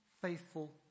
faithful